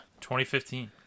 2015